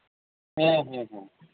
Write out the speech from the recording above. ᱦᱮᱸ ᱦᱮᱸ ᱦᱮᱸ